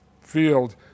field